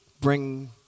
bring